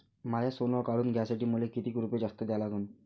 माय सोनं काढून घ्यासाठी मले कितीक रुपये जास्त द्या लागन?